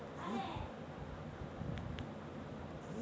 সামুদ্দিরিক পেরালিদের উপর যে ছব গবেষলা ক্যরা হ্যয়